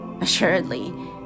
assuredly